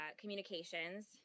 communications